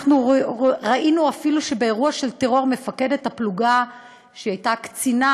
אנחנו ראינו שאפילו באירוע של טרור מפקדת הפלוגה הייתה קצינה,